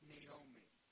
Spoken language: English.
Naomi